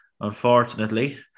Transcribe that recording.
unfortunately